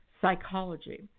psychology